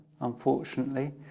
unfortunately